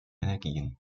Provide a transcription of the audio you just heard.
energien